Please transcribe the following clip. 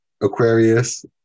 Aquarius